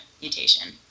mutation